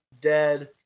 dead